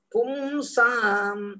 Pumsam